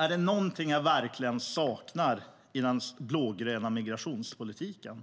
Om det är någonting som jag verkligen saknar i den blågröna migrationspolitiken